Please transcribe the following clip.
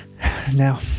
Now